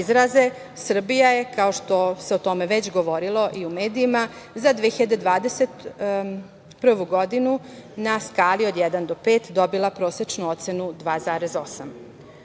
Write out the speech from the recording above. izraze Srbija je kao što se o tome već govorilo i u medijima za 2021. godinu na skali od 1 – 5 dobila prosečnu ocenu 2,8.U